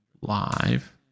live